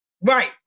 Right